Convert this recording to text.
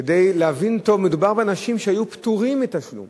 כדי להבין טוב, מדובר באנשים שהיו פטורים מתשלום,